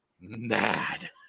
mad